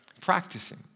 practicing